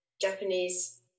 Japanese